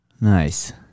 Nice